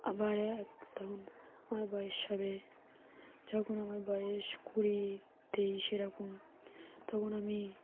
আবার এক তখন আমার বয়স হবে যখন আমার বয়স কুড়ি তেইশ এরকম তখন আমি